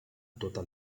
tota